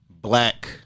black